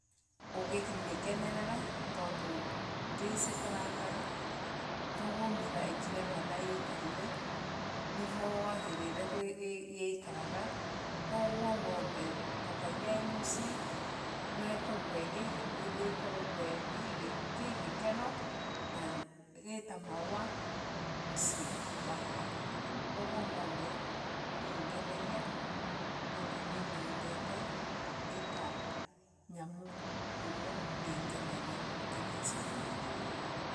Ugi mekenerera tondu ndisi kurakaa vau umethaikire kana ikarire nivo wagirire kaa nivo ikaraga koguo ngombe mpakagia i musii nwa ikoragwe i gikeno na gi ta mau musii wakwa koguo ngombe ni ngenagia tondu nimiendete ita nyamu iria ingenagia makria ya ciothe.